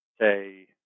say